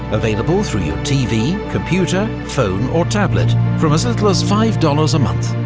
available through your tv, computer, phone or tablet, from as little as five dollars a month.